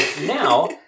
now